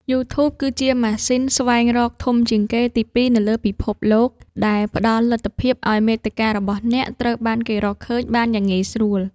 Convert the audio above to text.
យូធូប គឺជាម៉ាស៊ីនស្វែងរកធំជាងគេទីពីរនៅលើពិភពលោក ដែលផ្តល់លទ្ធភាពឱ្យមាតិការបស់អ្នកត្រូវបានគេរកឃើញបានយ៉ាងងាយស្រួល។